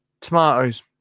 Tomatoes